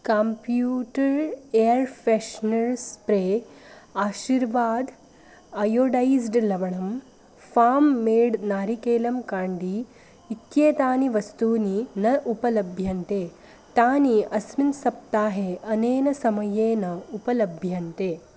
computer air freshener spray Aashirvaad iodised लवणं farm made नारिकेलं candy इत्येतानि वस्तूनि न उपलभ्यन्ते तानि अस्मिन् सप्ताहे अनेन समयेन उपलभ्यन्ते